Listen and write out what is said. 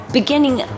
beginning